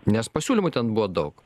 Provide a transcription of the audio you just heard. nes pasiūlymų ten buvo daug